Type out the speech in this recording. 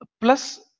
plus